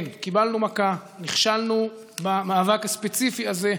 כן, קיבלנו מכה, נכשלנו במאבק הספציפי הזה,